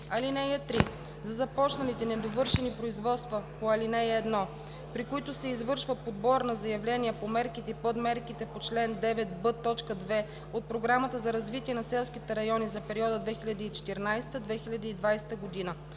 3 и 4: „(3) За започналите и недовършени производства по ал. 1, при които се извършва подбор на заявления по мерките и подмерките по чл. 9б, т. 2 от Програмата за развитие на селските райони за периода 2014 – 2020 г.: 1.